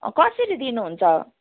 कसरी दिनु हुन्छ